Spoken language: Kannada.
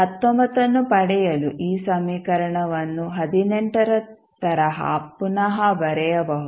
ಅನ್ನು ಪಡೆಯಲು ಈ ಸಮೀಕರಣವನ್ನು ರ ತರಹ ಪುನಃ ಬರೆಯಬಹುದು